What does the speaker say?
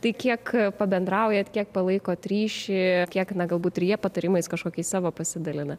tai kiek pabendraujat kiek palaikot ryšį kiek na galbūt ir jie patarimais kažkokiais savo pasidalina